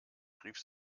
rief